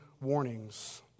warnings